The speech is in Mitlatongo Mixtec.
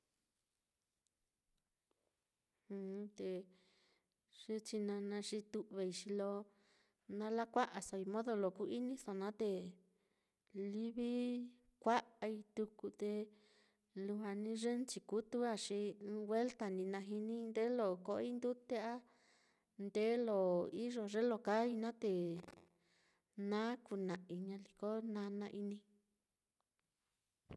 te ye china naá xi tu'vei xi lo na lakua'asoi modo lo ku-iniso naá, te livi kua'ai tuku, te lujua ni ye nchikutu á xi ɨ́ɨ́n welta ní na jinii ndee lo ko'oi ndute a nde lo iyo ye lo kaai naá te naá kuna'ai ñaliko nana-inii.